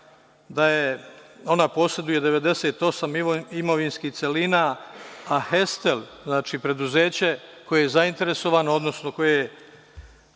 da ona poseduje 98 imovinskih celina, a „Hestel“ znači preduzeće koje je zainteresovano, odnosno koje